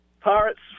Pirates